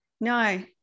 no